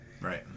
Right